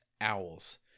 owls